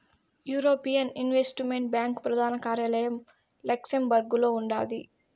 European investment bank ప్రదాన కార్యాలయం లక్సెంబర్గులో ఉండాది